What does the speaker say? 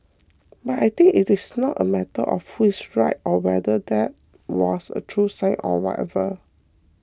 but I think it is not a matter of who is right or whether that was a true sign or whatever